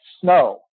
snow